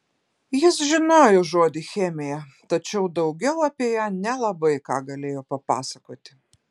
jis žinojo žodį chemija tačiau daugiau apie ją nelabai ką galėjo papasakoti